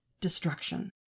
destruction